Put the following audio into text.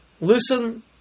listen